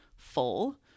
full